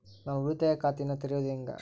ನಾನು ಉಳಿತಾಯ ಖಾತೆಯನ್ನ ತೆರೆಯೋದು ಹೆಂಗ?